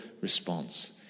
response